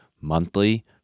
monthly